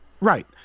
right